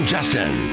Justin